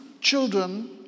children